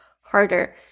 harder